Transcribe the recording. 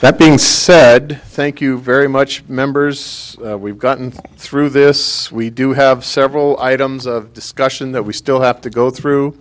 that being said thank you very much members we've gotten through this we do have several items of discussion that we still have to go through